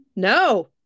No